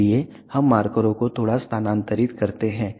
इसलिए हम मार्करों को थोड़ा स्थानांतरित करते हैं